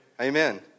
Amen